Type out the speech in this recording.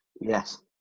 Yes